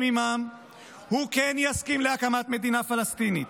עימם הוא כן יסכים להקמת מדינה פלסטינית.